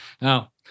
Now